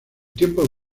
tiempo